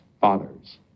fathers